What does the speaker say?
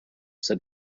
said